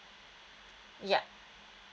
yup